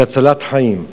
זה הצלת חיים.